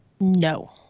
No